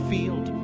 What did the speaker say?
Field